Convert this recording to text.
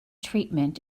treatment